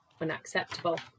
unacceptable